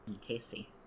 Casey